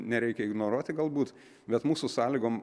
nereikia ignoruoti galbūt bet mūsų sąlygom